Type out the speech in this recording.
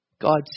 God